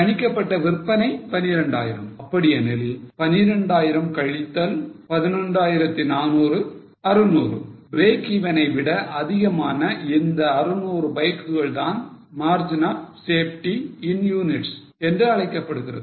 கணிக்கப்பட்ட விற்பனை 12000 அப்படி எனில் 12000 கழித்தல் 11400 600 breakeven ஐ விட அதிகமான இந்த 600 பைக்குகள் தான் margin of safety in units என்று அழைக்கப்படுகிறது